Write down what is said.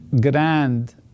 grand